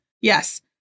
Yes